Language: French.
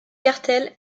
cartel